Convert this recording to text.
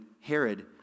Herod